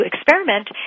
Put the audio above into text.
experiment